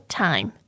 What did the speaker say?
time